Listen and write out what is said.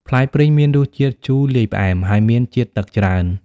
ផ្លែព្រីងមានរសជាតិ ជូរលាយផ្អែម ហើយមានជាតិទឹកច្រើន។